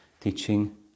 teaching